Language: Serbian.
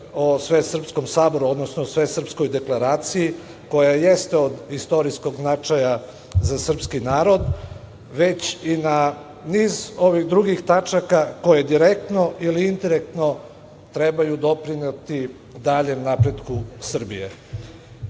o Svesrpskom saboru, odnosu Svesrpskoj deklaraciji koja jeste od istorijskog značaja za srpski narod, već i na niz ovih drugih tačaka koje direktno ili indirektno trebaju doprineti daljem napretku Srbije. Baš